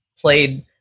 played